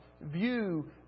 view